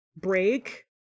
break